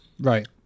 right